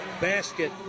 basket